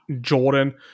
Jordan